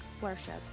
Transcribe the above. worship